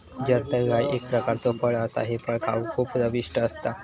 जर्दाळू ह्या एक प्रकारचो फळ असा हे फळ खाउक खूप चविष्ट असता